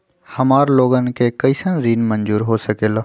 हमार लोगन के कइसन ऋण मंजूर हो सकेला?